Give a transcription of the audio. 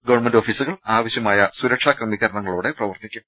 government ഓഫീസുകൾ ആവശ്യമായ സുരക്ഷാ ക്രമീ കരണങ്ങളോടെ പ്രവർത്തിക്കും